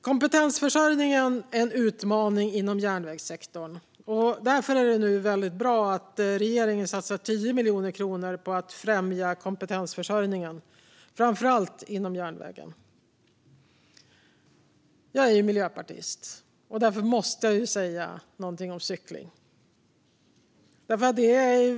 Kompetensförsörjningen är en utmaning inom järnvägssektorn, och därför är det bra att regeringen satsar 10 miljoner kronor på att främja kompetensförsörjningen, framför allt inom järnvägen. Jag är ju miljöpartist, och därför måste jag säga något om cykling.